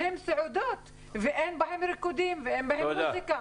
שהן סעודות ואין בהן ריקודים ומוזיקה.